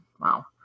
Wow